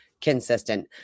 consistent